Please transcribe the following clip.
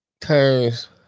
turns